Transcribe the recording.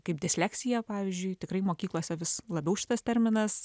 kaip disleksija pavyzdžiui tikrai mokyklose vis labiau šitas terminas